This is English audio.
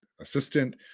assistant